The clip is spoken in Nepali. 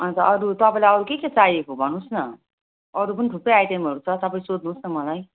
अनि त अरू तपाईँलाई अरू के के चाहिएको भन्नुहोस् न अरू पनि थुप्रै आइटमहरू छ तपाईँ सोध्नुहोस् न मलाई